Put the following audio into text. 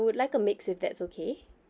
would like a mix if that's okay